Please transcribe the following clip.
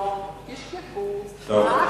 לא, תשכחו, רק